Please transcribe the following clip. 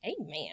Amen